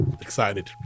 Excited